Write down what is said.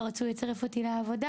לא רצו לצרף אותי לעבודה,